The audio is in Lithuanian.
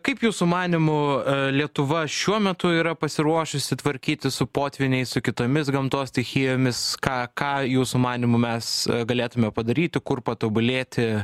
kaip jūsų manymu lietuva šiuo metu yra pasiruošusi tvarkytis su potvyniais su kitomis gamtos stichijomis ką ką jūsų manymu mes galėtume padaryti kur patobulėti